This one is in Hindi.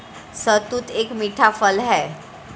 शहतूत एक मीठा फल है